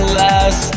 less